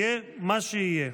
יהיה מה שיהיה".